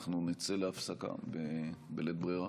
אנחנו נצא להפסקה בלית ברירה.